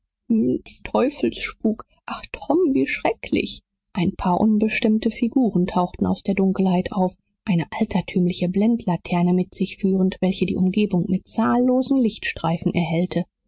teufelsspuk ach tom wie schrecklich ein paar unbestimmte figuren tauchten aus der dunkelheit auf eine altertümliche blendlaterne mit sich führend welche die umgebung mit zahllosen lichtstreifen erhellte